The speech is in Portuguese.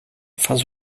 faz